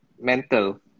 mental